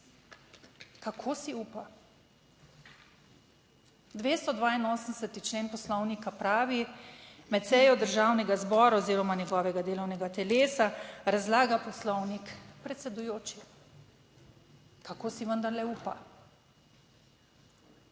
Kako si upa? 228. člen Poslovnika pravi: "Med sejo Državnega zbora oziroma njegovega delovnega telesa razlaga Poslovnik predsedujoči." Kako si vendarle upa?